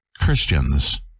Christians